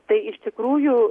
tai iš tikrųjų